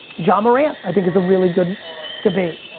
ja morant, i think, is a really good debate.